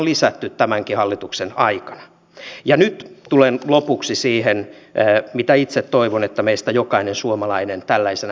nämä toiminnot keskittyvät väestön myötä kaupunkeihin jolloin harvaan asutulla seudulla olevat yrittäjät eivät kykene näitä palveluja käyttämään